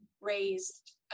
raised